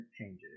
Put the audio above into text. Changes